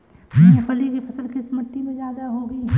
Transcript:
मूंगफली की फसल किस मिट्टी में ज्यादा होगी?